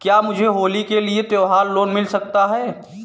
क्या मुझे होली के लिए त्यौहार लोंन मिल सकता है?